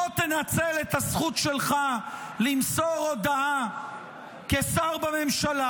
בוא תנצל את הזכות שלך למסור הודעה כשר בממשלה